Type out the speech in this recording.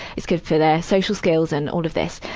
it's good for their social skills and all of this.